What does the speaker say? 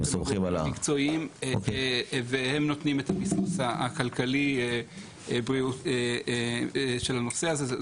הם הגורמים המקצועיים והם נותנים את הביסוס הכלכלי של הנושא הזה.